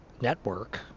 network